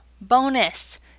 bonus